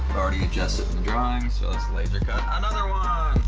already adjusted the drawing, so let's laser cut another one!